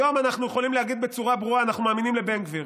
היום אנחנו יכולים להגיד בצורה ברורה: אנחנו מאמינים לבן גביר.